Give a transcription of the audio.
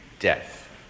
death